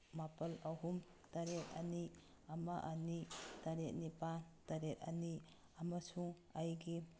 ꯃꯥꯄꯜ ꯑꯍꯨꯝ ꯇꯔꯦꯠ ꯑꯅꯤ ꯑꯃ ꯑꯅꯤ ꯇꯔꯦꯠ ꯅꯤꯄꯥꯜ ꯇꯔꯦꯠ ꯑꯅꯤ ꯑꯃꯁꯨꯡ ꯑꯩꯒꯤ